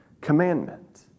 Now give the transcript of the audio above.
commandment